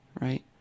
right